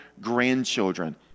grandchildren